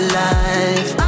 life